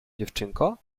dziewczynko